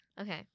Okay